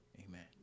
Amen